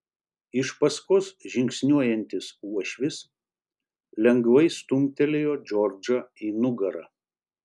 iš paskos žingsniuojantis uošvis lengvai stumtelėjo džordžą į nugarą